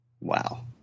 Wow